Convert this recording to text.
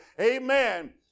Amen